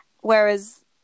whereas